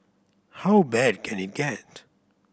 how bad can it get